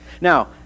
Now